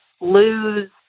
lose